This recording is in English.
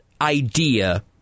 idea